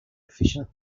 efficient